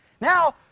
Now